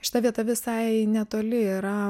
šita vieta visai netoli yra